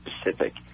specific